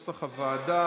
הוועדה.